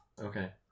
Okay